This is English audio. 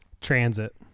Transit